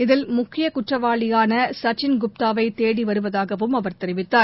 இதில் முக்கியகுற்றவாளியானசச்சின் குப்தாவைதேடிவருவதாகவும் அவர் தெரிவித்தார்